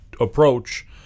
approach